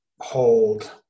hold